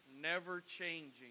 never-changing